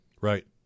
right